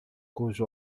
cujo